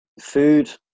Food